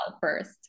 first